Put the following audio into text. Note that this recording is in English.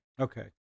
Okay